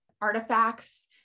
artifacts